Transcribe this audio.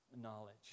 knowledge